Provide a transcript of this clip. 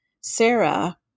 Sarah